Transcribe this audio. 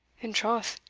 in troth,